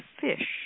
fish